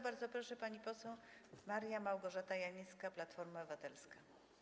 Bardzo proszę, pani poseł Maria Małgorzata Janyska, Platforma Obywatelska.